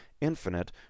infinite